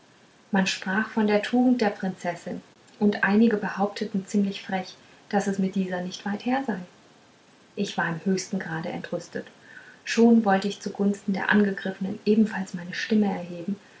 man sprach von der tugend der prinzessin und einige behaupteten ziemlich frech daß es mit dieser nicht weit her sei ich war im höchsten grade entrüstet schon wollte ich zugunsten der angegriffenen ebenfalls meine stimme erheben